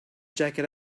jacket